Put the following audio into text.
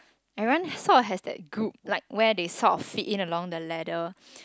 everyone sort of have that group like where they sort of fit in along the leader